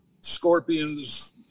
Scorpions